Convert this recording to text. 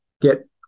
get